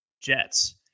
Jets